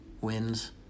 wins